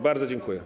Bardzo dziękuję.